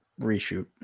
reshoot